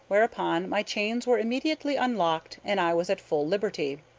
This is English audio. whereupon my chains were immediately unlocked, and i was at full liberty.